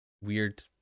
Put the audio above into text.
weird